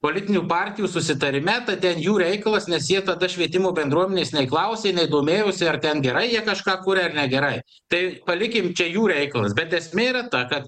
politinių partijų susitarime tai ten jų reikalas nes jie tada švietimo bendruomenės nei klausė nei domėjosi ar ten gerai jie kažką kuria ar negerai tai palikim čia jų reikalas bet esmė yra ta kad